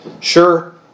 Sure